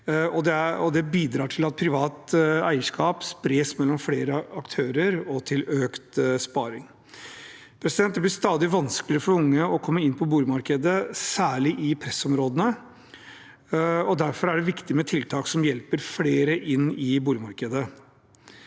Det bidrar til at privat eierskap spres mellom flere aktører og også til økt sparing. Det blir stadig vanskeligere for unge å komme inn på boligmarkedet, særlig i pressområdene. Derfor er det viktig med tiltak som hjelper flere inn i boligmarkedet.